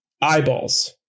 eyeballs